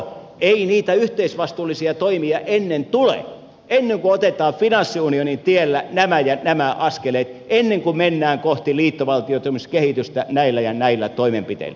ei niitä yhteisvastuullisia toimia ennen tule ennen kuin otetaan finanssiunionin tiellä nämä ja nämä askeleet ennen kuin mennään kohti liittovaltioitumiskehitystä näillä ja näillä toimenpiteillä